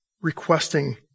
requesting